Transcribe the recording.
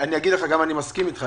אני מסכים אתך.